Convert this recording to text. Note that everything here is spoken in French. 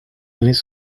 données